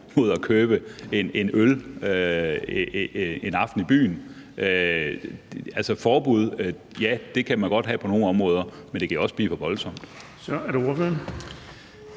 mod at købe en øl en aften i byen. Altså, forbud kan man godt have på nogle områder, men det kan også blive for voldsomt.